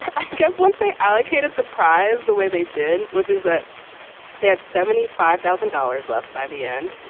i guess once they allocated the prize the way they did, which is that they had seventy five thousand dollars left by the end,